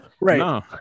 right